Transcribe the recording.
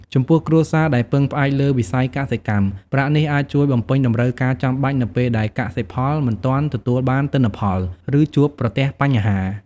ចំពោះគ្រួសារដែលពឹងផ្អែកលើវិស័យកសិកម្ម ប្រាក់នេះអាចជួយបំពេញតម្រូវការចាំបាច់នៅពេលដែលកសិផលមិនទាន់ទទួលបានទិន្នផល ឬជួបប្រទះបញ្ហា។